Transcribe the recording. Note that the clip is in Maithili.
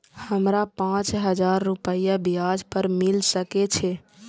हमरा पाँच हजार रुपया ब्याज पर मिल सके छे?